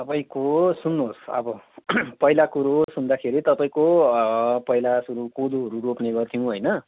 तपाईँको सुन्नुहोस् अब पहिला कुरो सुन्दाखेरि तपाईँको पहिला सुरु कोदोहरू रोप्ने गर्थ्यौँ होइन